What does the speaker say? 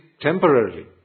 temporarily